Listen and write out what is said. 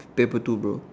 paper two bro